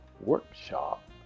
workshop